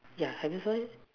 ya have you saw it